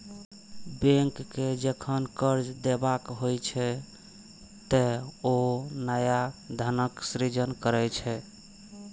bank कें जखन कर्ज देबाक होइ छै, ते ओ नया धनक सृजन करै छै